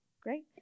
Great